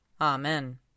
Amen